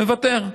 אני מוותר.